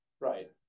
Right